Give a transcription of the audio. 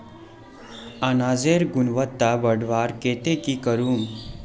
अनाजेर गुणवत्ता बढ़वार केते की करूम?